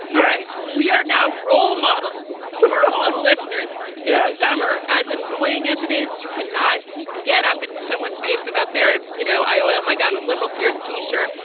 yes. we are now role models for all the listeners. yes. yeah summer, as annoying as it is, you cannot get up in someone's face about there. you know, i. oh my god. with liberal tears t shirt.